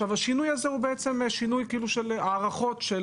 השינוי הזה הוא בעצם שינוי של היערכות של